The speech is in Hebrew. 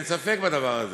אין ספק בדבר הזה.